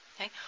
okay